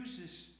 uses